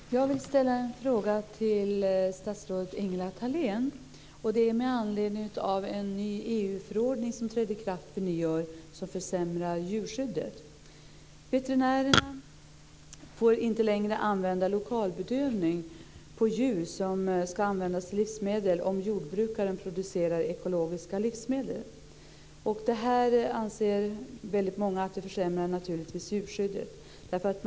Fru talman! Jag vill ställa en fråga till statsrådet Ingela Thalén med anledning av en ny EU-förordning som trädde i kraft vid nyår och som försämrar djurskyddet. Veterinärer får inte längre använda lokalbedövning på djur som ska användas till livsmedel om jordbrukaren producerar ekologiska livsmedel. Det här, anser väldigt många, försämrar naturligtvis djurskyddet.